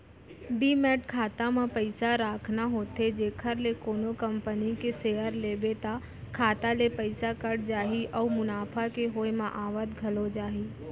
demat खाता म पइसा राखना होथे जेखर ले कोनो कंपनी के सेयर लेबे त खाता ले पइसा कट जाही अउ मुनाफा के होय म आवत घलौ जाही